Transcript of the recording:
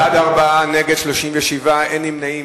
בעד, 4, נגד, 37, ואין נמנעים.